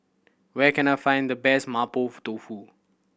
where can I find the best mapo tofu